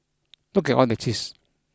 look at all that cheese